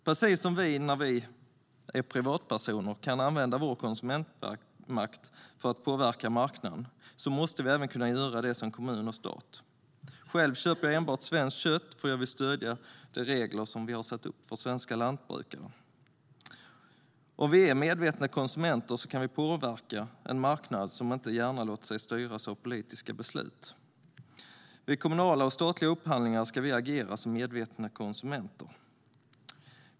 Precis som vi när vi är privatpersoner kan använda vår konsumentmakt för att påverka marknaden måste vi även kunna göra det som kommun eller stat. Själv köper jag enbart svenskt kött för att jag vill stödja de regler som vi har satt upp för svenska lantbrukare. Om vi är medvetna konsumenter kan vi påverka en marknad som inte gärna låter sig styras av politiska beslut. Vid kommunala och statliga upphandlingar ska vi agera som medvetna konsumenter.